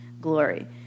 glory